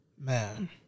Man